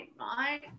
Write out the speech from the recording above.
right